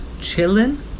chilling